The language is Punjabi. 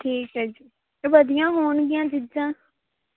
ਠੀਕ ਹੈ ਜੀ ਵਧੀਆ ਹੋਣਗੀਆਂ ਚੀਜ਼ਾਂ